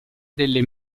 delle